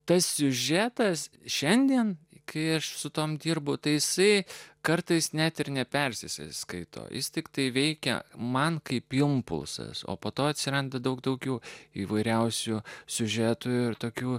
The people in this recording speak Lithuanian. tas siužetas šiandien kai aš su tom dirbu taisai kartais net ir nepersiskaito jis tiktai veikia man kaip jums pulsas o po to atsiranda daug daugiau įvairiausių siužetų ir tokių